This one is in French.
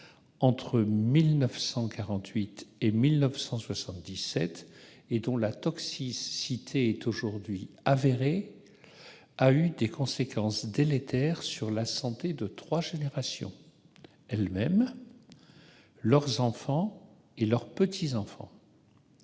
entre 1948 et 1977, et dont la toxicité est aujourd'hui avérée, a eu des conséquences délétères sur la santé de trois générations : elles-mêmes, leurs enfants et leurs petits-enfants.